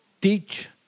teach